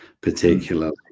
particularly